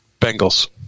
Bengals